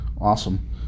Awesome